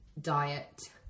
diet